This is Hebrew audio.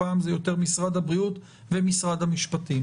הפעם זה יותר משרד הבריאות ומשרד המשפטים